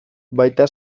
baita